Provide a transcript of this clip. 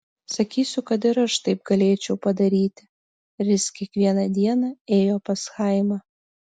sakysiu kad ir aš taip galėčiau padaryti ris kiekvieną dieną ėjo pas chaimą